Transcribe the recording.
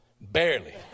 Barely